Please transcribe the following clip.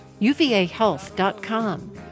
uvahealth.com